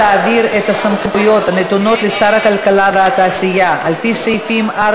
להעביר את הסמכויות הנתונות לשר הכלכלה והתעשייה על-פי סעיפים 4,